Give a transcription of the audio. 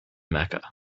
mecca